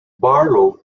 barlow